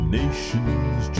nations